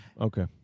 Okay